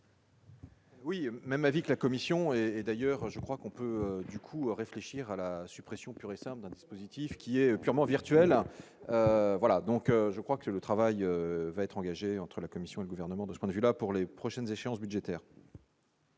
Oui, même avis que la Commission et et d'ailleurs je crois qu'on peut, du coup, à réfléchir à la suppression pure et simple, un dispositif qui est purement virtuelle, voilà, donc je crois que le travail va être engagée entre la Commission, le gouvernement de ce qu'on a vu là, pour les prochaines échéances budgétaires.